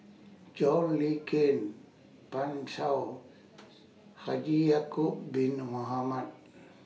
John Le Cain Pan Shou Haji Ya'Acob Bin Mohamed